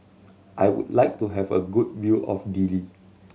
I would like to have a good view of Dili